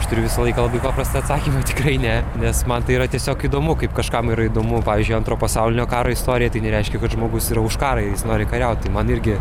aš turiu visą laiką labai paprastą atsakymą tikrai ne nes man tai yra tiesiog įdomu kaip kažkam yra įdomu pavyzdžiui antro pasaulinio karo istorija tai nereiškia kad žmogus yra už karą jis nori kariauti man irgi